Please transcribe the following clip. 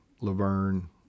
Laverne